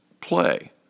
play